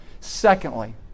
Secondly